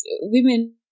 women